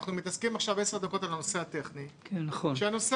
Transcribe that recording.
שאנחנו מתעסקים 10 דקות עכשיו בנושא הטכני כשהנושא